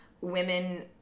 women